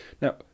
Now